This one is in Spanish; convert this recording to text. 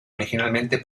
originalmente